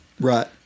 Right